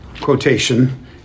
quotation